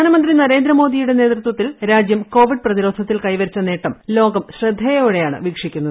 പ്രധാനമന്ത്രി നരേന്ദ്ര മോദിയുടെ നേതൃത്വത്തിൽ രാജ്യം കോവിഡ് പ്രതിരോധത്തിൽ കൈവരിച്ചു നേട്ടം ലോകം ശ്രദ്ധയോടെയാണ് വീക്ഷിക്കുന്നത്